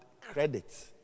credit